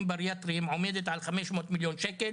בריאטריים עומדת על 500 מיליון ₪.."